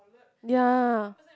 ya